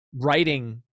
writing